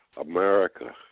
america